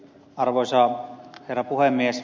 arvoisa herra puhemies